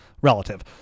relative